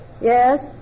Yes